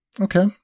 Okay